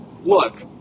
Look